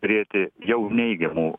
turėti jau neigiamų